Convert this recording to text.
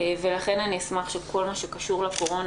לכן אני אשמח שכל מה שקשור לקורונה